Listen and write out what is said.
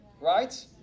right